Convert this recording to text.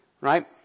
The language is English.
Right